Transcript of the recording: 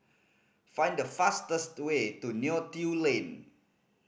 find the fastest way to Neo Tiew Lane